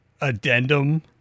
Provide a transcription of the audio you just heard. addendum